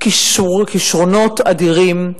כשרונות אדירים,